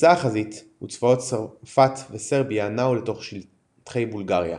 נפרצה החזית וצבאות צרפת וסרביה נעו לתוך שטחי בולגריה.